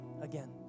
again